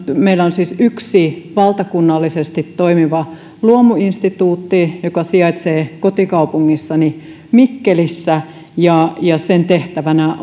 meillä on siis yksi valtakunnallisesti toimiva luomuinstituutti joka sijaitsee kotikaupungissani mikkelissä ja ja sen tehtävänä